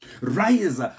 Rise